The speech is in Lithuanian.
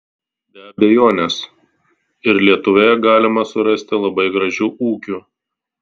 be abejonės ir lietuvoje galima surasti labai gražių ūkių